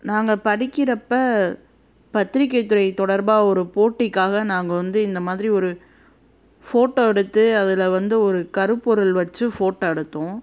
நாங்கள் படிக்கிறப்போ பத்திரிக்கைத் துறை தொடர்பாக ஒரு போட்டிக்காக நாங்கள் வந்து இந்த மாதிரி ஒரு ஃபோட்டோ எடுத்து அதில் வந்து ஒரு கருப்பொருள் வைச்சு ஃபோட்டோ எடுத்தோம்